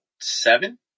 seven